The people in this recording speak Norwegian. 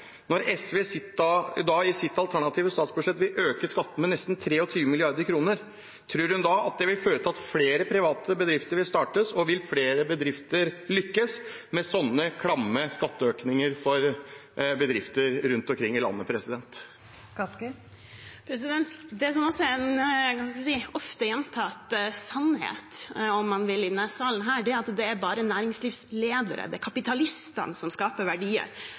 Når SV i sitt alternative statsbudsjett vil øke skattene med nesten 23 mrd. kr, tror de da at det vil føre til at flere private bedrifter vil startes? Og vil flere bedrifter lykkes, når det er sånne klamme skatteøkninger for bedrifter rundt omkring i landet? Det som også er – skal jeg si – en ofte gjentatt «sannhet» i denne salen, er at det bare er næringslivsledere og kapitalister som skaper verdier.